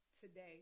today